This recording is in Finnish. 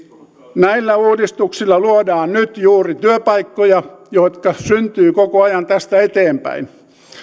näillä uudistuksilla luodaan nyt juuri työpaikkoja jotka syntyvät koko ajan tästä eteenpäin